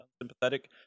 unsympathetic